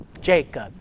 Jacob